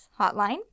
hotline